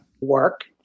Work